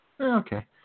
Okay